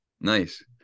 Nice